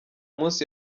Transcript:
munsi